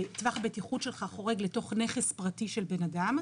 טווח הבטיחות שלך חורג לתוך נכס פרטי של בן אדם,